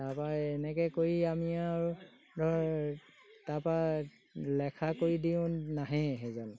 তাৰপৰা এই এনেকৈ কৰি আমি আৰু ধৰক তাৰপৰা লেখা কৰি দিওঁ নাহে সেইজন